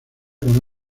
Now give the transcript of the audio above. con